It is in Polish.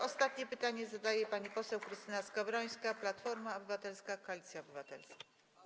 Ostatnie pytanie zadaje pani poseł Krystyna Skowrońska, Platforma Obywatelska - Koalicja Obywatelska.